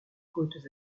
côtes